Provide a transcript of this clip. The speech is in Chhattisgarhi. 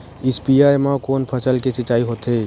स्पीयर म कोन फसल के सिंचाई होथे?